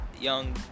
young